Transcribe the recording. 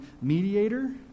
mediator